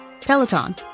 Peloton